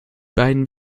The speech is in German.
beiden